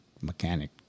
mechanic